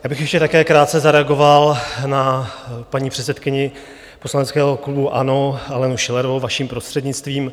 Já bych ještě také krátce zareagoval na paní předsedkyni poslaneckého klubu ANO Alenu Schillerovou, vaším prostřednictvím.